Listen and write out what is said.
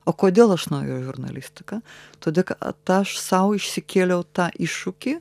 o kodėl aš nuėjau į žurnalistiką todėl kad aš sau išsikėliau tą iššūkį